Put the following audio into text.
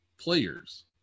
players